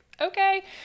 okay